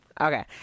Okay